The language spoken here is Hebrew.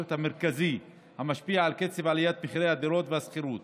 המרכזי המשפיע על קצב עליית מחירי הדירות והשכירות.